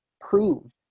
proved